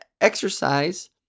exercise